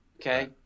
okay